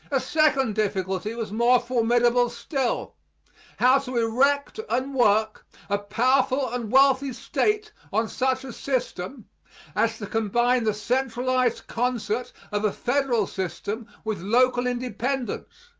a second difficulty was more formidable still how to erect and work a powerful and wealthy state on such a system as to combine the centralized concert of a federal system with local independence,